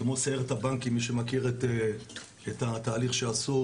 כמו סיירת הבנקים למי שמכיר את התהליך שעשו